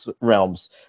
realms